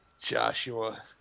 Joshua